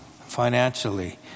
financially